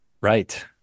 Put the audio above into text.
Right